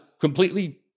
completely